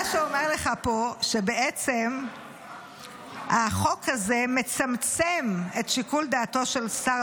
מה שהוא אומר לך פה זה שבעצם החוק הזה מצמצם את שיקול דעתו של שר